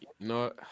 no